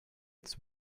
its